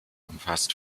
umfasst